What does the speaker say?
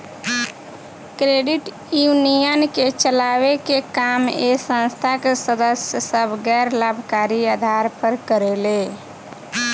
credit union के चलावे के काम ए संस्था के सदस्य सभ गैर लाभकारी आधार पर करेले